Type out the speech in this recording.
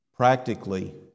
Practically